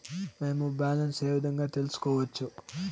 మేము బ్యాలెన్స్ ఏ విధంగా తెలుసుకోవచ్చు?